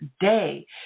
day